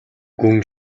гүн